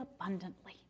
abundantly